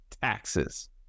taxes